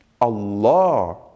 Allah